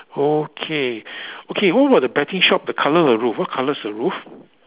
okay okay what about the betting shop the colour of the roof what colour is the roof